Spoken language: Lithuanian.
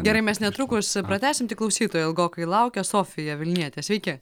gerai mes netrukus pratęsim tik klausytoja ilgokai laukia sofija vilnietė sveiki